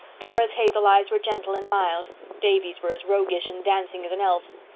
dora's hazel eyes were gentle and mild davy's were as roguish and dancing as an elf's.